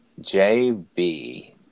JB